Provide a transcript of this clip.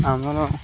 ଆମର